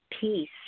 peace